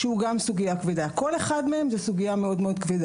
כל אחד מהנושאים הללו מהווה סוגיה כבדה.